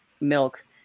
milk